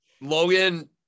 Logan